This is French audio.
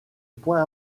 point